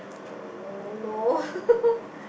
oh no